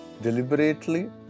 deliberately